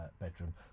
bedroom